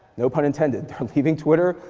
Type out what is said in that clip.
no pun intended. they're leaving twitter,